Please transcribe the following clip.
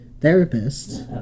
Therapist